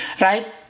right